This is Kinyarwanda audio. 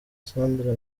sandra